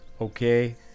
okay